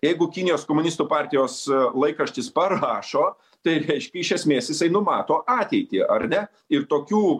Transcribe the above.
jeigu kinijos komunistų partijos laikraštis parašo tai reiškia iš esmės jisai numato ateitį ar ne ir tokių